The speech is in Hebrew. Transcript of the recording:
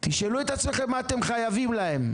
תשאלו את עצמכם מה אתם חייבים להם?